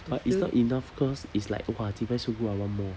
but it's not enough cause it's like !wah! cheebye so good ah I want more